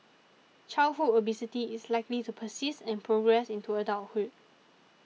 childhood obesity is likely to persist and progress into adulthood